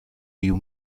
you